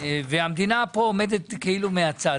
המדינה עומדת כאילו מהצד,